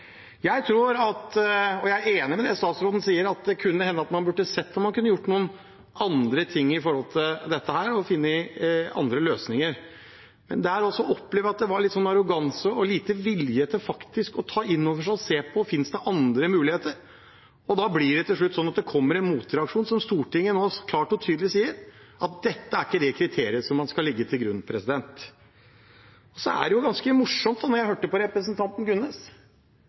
Jeg er enig i det statsråden sier, at det kan hende man burde sett om man kunne gjort andre ting og funnet andre løsninger på dette. Men også der opplever jeg at det var litt arroganse og liten vilje til faktisk å ta inn over seg og se på om det finnes andre muligheter. Da blir det til slutt sånn at det kommer en motreaksjon, der Stortinget nå klart og tydelig sier at dette ikke er det kriteriet man skal legge til grunn. Det var ganske morsomt å høre på representanten Gunnes,